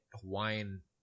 Hawaiian